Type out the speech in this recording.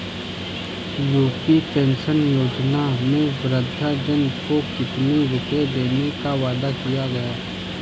UP pension योजना में वृद्धजन को कितनी रूपये देने का वादा किया गया है?